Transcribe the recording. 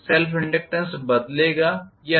self inductance बदलेगा या नहीं